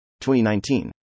2019